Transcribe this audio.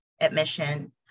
admission